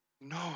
No